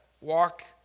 walk